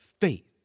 faith